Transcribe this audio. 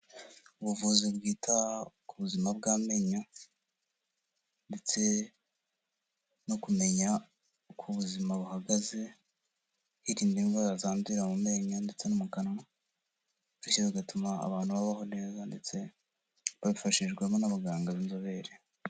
Ubuvuzi bwita ku buzima bw'amenyo ndetse no kumenya uko ubuzima buhagaze, birinda indwara zandurira mu menyo ndetse no mu kanwa, bityo bigatuma abantu babaho neza ndetse babifashijwemo n'abaganga b'inzobere.